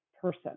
person